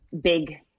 big